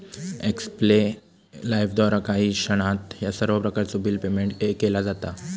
एक्स्पे लाइफद्वारा काही क्षणात ह्या सर्व प्रकारचो बिल पेयमेन्ट केला जाता